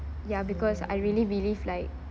ya because I really believe like